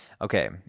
okay